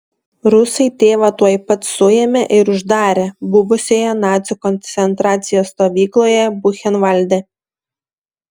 rusai tėvą tuoj pat suėmė ir uždarė buvusioje nacių koncentracijos stovykloje buchenvalde